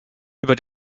über